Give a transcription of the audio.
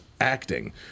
acting